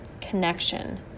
connection